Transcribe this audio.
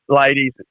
ladies